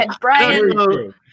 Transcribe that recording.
Brian